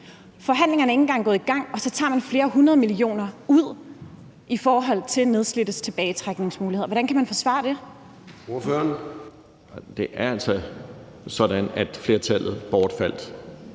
Forhandlingerne er ikke engang gået i gang, og så tager man flere hundrede millioner ud i forhold til nedslidtes tilbagetrækningsmuligheder. Hvordan kan man forsvare det? Kl. 09:55 Formanden